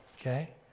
Okay